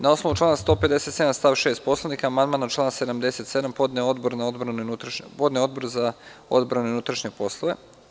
Na osnovu člana 157. stav 6. Poslovnika, amandman na član 77. podneo je Odbor za odbranu i unutrašnje poslove.